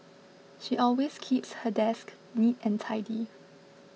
she always keeps her desk neat and tidy